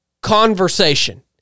conversation